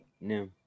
no